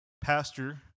pastor